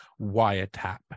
wiretap